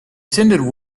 attended